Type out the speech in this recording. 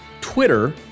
Twitter